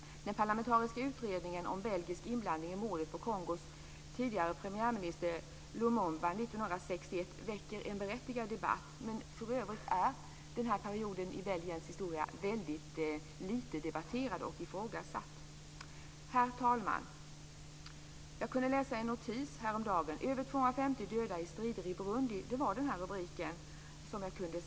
Den parlamentariska utredningen om belgisk inblandning i mordet på Kongos tidigare premiärminister Lumumba 1961 väcker en berättigad debatt. Men för övrigt är den här perioden i Belgiens historia väldigt lite debatterad och ifrågasatt. Fru talman! Jag kunde läsa en notis häromdagen om över 250 döda i strider i Burundi. Det var rubriken på en notis.